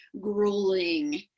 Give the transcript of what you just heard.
grueling